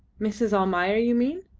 mrs. almayer, you mean?